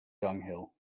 dunghill